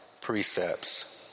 precepts